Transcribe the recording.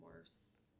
worse